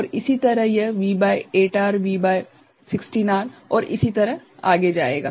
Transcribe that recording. और इसी तरह यह V भागित 8R V भागित 16R हैं और इसी तरह आगे जाएगा